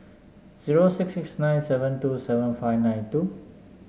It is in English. zero six six nine seven two seven five nine two